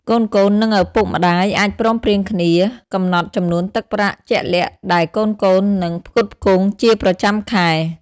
កូនៗ និងឪពុកម្ដាយអាចព្រមព្រៀងគ្នាកំណត់ចំនួនទឹកប្រាក់ជាក់លាក់ដែលកូនៗនឹងផ្គត់ផ្គង់ជាប្រចាំខែ។